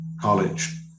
college